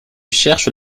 cherche